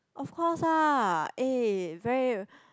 of course ah eh very